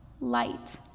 light